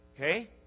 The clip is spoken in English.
Okay